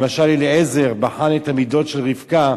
למשל, אליעזר בחן את המידות של רבקה,